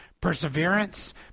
perseverance